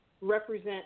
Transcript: represent